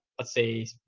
let's say,